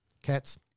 Cats